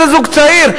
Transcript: איזה זוג צעיר?